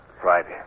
Friday